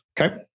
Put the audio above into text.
Okay